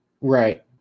Right